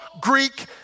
Greek